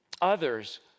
others